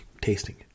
tasting